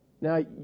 Now